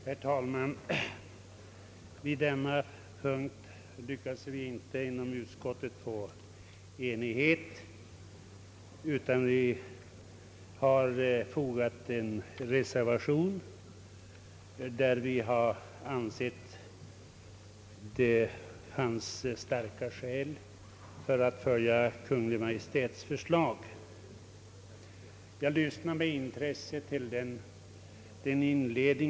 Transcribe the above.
Herr talman! På denna punkt lyckades vi inte få enighet inom utskottet. De socialdemokratiska ledamöterna har ansett att det finns starka skäl för att följa Kungl. Maj:ts förslag, och denna mening har vi tillkännagivit i form av en reservation.